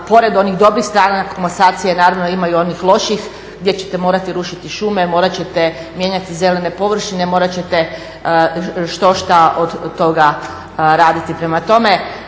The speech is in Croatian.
pored onih dobrih strana komasacije naravno ima i onih loših gdje ćete morati rušiti šume, morati ćete mijenjati zelene površine, morati ćete štošta od toga raditi. Prema tome